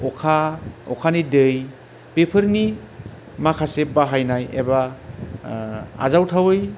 अखा अखानि दै बेफोरनि माखासे बाहायनाय एबा आजावथावै